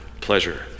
pleasure